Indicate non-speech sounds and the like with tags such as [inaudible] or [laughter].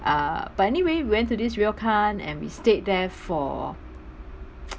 uh but anyway went to this ryokan and we stayed there for [noise]